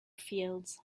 fields